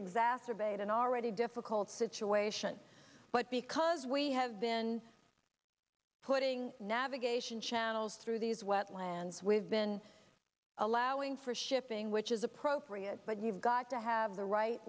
exacerbate an already difficult situation but because as we have been putting navigation channels through these wetlands we've been allowing for shipping which is appropriate but you've got to have the right